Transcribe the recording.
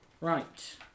Right